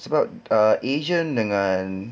sebab ah asian dengan